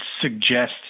suggest